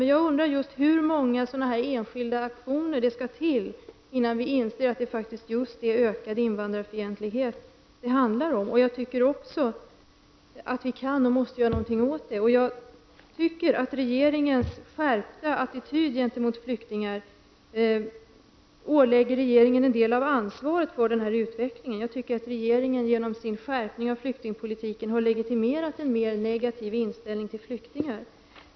Men jag undrar just hur många sådana här enskilda aktioner det skall till innan vi inser att det faktiskt just är ökad invandrarfientlighet som det handlar om. Jag tycker att vi kan och måste göra någonting åt det. Jag tycker att regeringens skärpta attityd gentemot flyktingar gör att regeringen får ta på sig en del av ansvaret för denna utveckling. Jag tycker att regeringen genom sin skärpning av flyktingpolitiken har legitimerat en mera negativ inställning till flyktingarna.